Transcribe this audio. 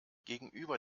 gegenüber